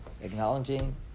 acknowledging